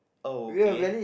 oh okay